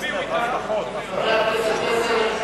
חבר הכנסת פלסנר, בבקשה.